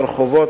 הרחובות,